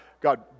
God